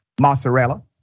Mozzarella